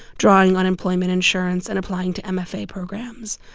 drawing unemployment insurance and applying to mfa programs.